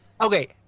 Okay